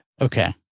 Okay